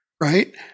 right